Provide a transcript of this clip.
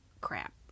crap